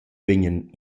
vegnan